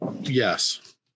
Yes